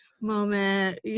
moment